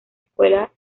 escuelas